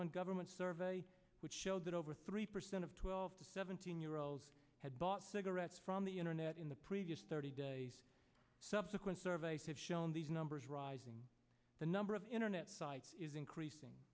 one government survey which showed that over three percent of twelve to seventeen year olds had bought cigarettes from the internet in the previous thirty days subsequent surveys have shown these numbers rising the number of internet sites is increasing